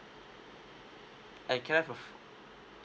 uh can I've your